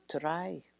try